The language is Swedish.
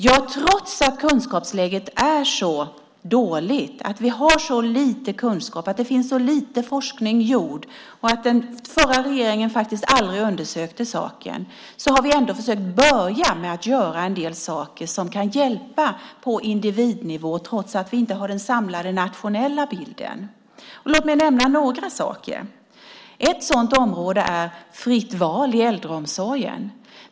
Ja, trots att kunskapsläget är så dåligt, att vi har så lite kunskap, att det finns så lite forskning gjord och att den förra regeringen aldrig undersökte saken har vi försökt börja göra en del saker som kan hjälpa på individnivå, trots att vi inte har den samlade nationella bilden. Låt mig nämna några saker. Ett sådant område är fritt val i äldreomsorgen.